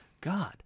god